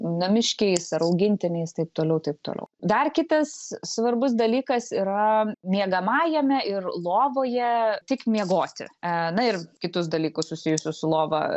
namiškiais ar augintiniais taip toliau taip toliau dar kitas svarbus dalykas yra miegamajame ir lovoje tik miegoti na ir kitus dalykus susijusius su lova